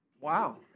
Wow